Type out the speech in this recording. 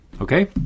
Okay